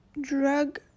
drug